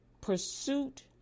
pursuit